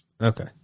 Okay